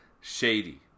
Shady